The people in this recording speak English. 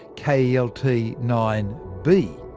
k e l t nine b.